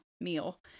meal